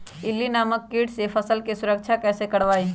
इल्ली नामक किट से फसल के सुरक्षा कैसे करवाईं?